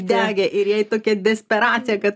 degė ir jai tokia desperacija kad